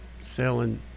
Selling